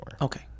Okay